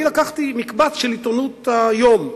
לקחתי מקבץ של עיתונות היום: